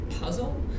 puzzle